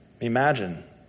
imagine